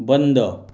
बंद